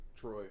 Troy